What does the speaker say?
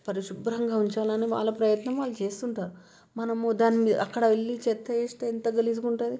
పరిశుభ్రంగా ఉంచాలని వాళ్ళ ప్రయత్నం వాళ్ళు చేస్తుంటారు మనము దాని అక్కడ వెళ్ళి చెత్త వేస్తే ఎంత గలీజ్గా ఉంటుంది